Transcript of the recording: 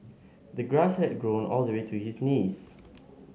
the grass had grown all the way to his knees